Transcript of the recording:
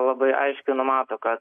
labai aiškiai numato kad